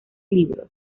libros